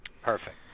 Perfect